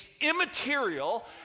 immaterial